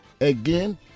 Again